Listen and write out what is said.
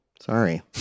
Sorry